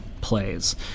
plays